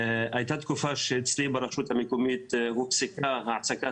הייתה תקופה שאצלי ברשות המקומית הופסקה העסקת